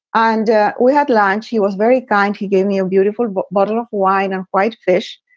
and we had lunch. he was very kind. he gave me a beautiful bottle of wine and white fish.